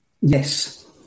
Yes